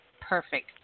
Perfect